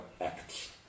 acts